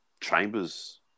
chambers